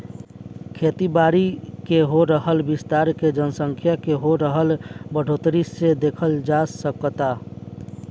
खेती बारी के हो रहल विस्तार के जनसँख्या के हो रहल बढ़ोतरी से देखल जा सकऽता